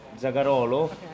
Zagarolo